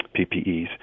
PPEs